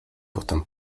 potem